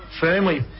firmly